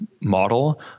model